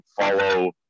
follow